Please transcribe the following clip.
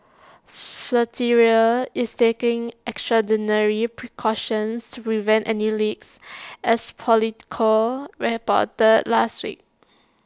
flatiron is taking extraordinary precautions to prevent any leaks as Politico reported last week